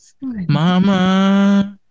mama